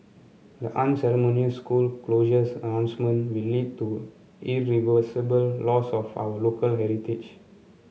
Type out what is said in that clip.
the unceremonious school closures announcement will lead to irreversible loss of for our local heritage